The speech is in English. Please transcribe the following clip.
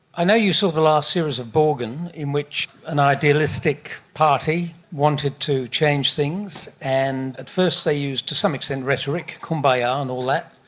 i know you saw the last series of borgen in which an idealistic party wanted to change things, and and first they used to some extent rhetoric, kumbaya ah and all that.